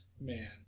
man